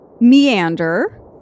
meander